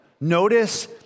Notice